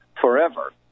forever